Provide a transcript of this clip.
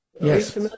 Yes